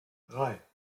drei